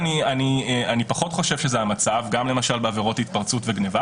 אני בהחלט מעריך גם את הדברים